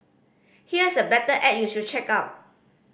here's a better ad you should check out